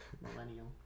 Millennial